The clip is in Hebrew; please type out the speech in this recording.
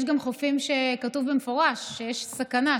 יש גם חופים שכתוב בהם במפורש שיש סכנה,